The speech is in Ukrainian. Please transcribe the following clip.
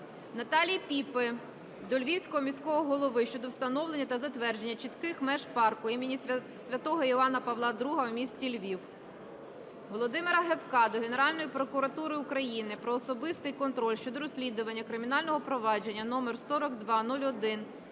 Наталії Піпи до Львівського міського голови щодо встановлення та затвердження чітких меж парку імені Святого Івана Павла Другого у місті Львів. Володимира Гевка до Генерального прокурора України про особистий контроль щодо дорозслідування кримінального провадження